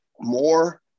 more